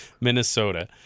Minnesota